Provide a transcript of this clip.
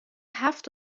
هفت